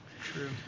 True